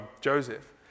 Joseph